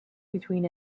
between